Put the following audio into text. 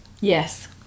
Yes